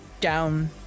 down